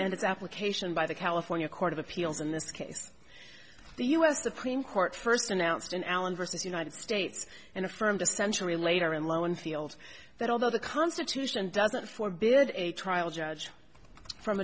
and its application by the california court of appeals in this case the u s supreme court first announced an allen versus united states and affirmed essentially later in low infield that although the constitution doesn't for bid a trial judge from